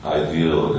ideal